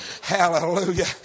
Hallelujah